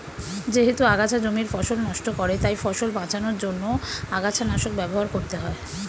যেহেতু আগাছা জমির ফসল নষ্ট করে তাই ফসল বাঁচানোর জন্য আগাছানাশক ব্যবহার করতে হয়